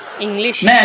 English